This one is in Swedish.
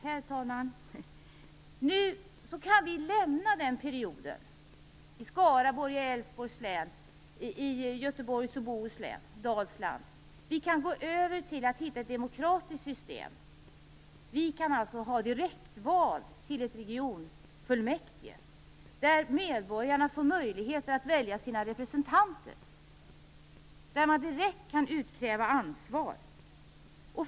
Herr talman! Nu kan vi i Skaraborgs län, i Älvsborgs län, i Göteborg och Bohus län och i Dalsland lämna den perioden. Vi kan övergå till att hitta ett demokratiskt system med direktval till ett regionfullmäktige där medborgarna får möjlighet att välja sina representanter och direkt utkräva ansvar.